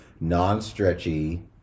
non-stretchy